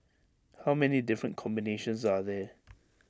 how many different combinations are there